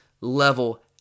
level